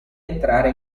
entrare